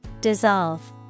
Dissolve